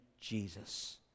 Jesus